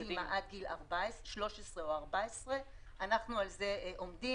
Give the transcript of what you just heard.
קדימה עד גיל 13 או 14. על לזה אנחנו עומדים.